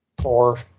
Four